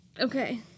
Okay